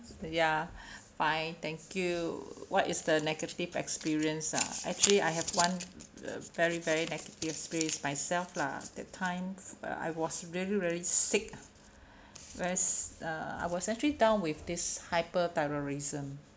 ya fine thank you what is the negative experience ah actually I have one very very negative experience myself lah that time uh I was really really sick very uh I was actually down with this hyperthyroidism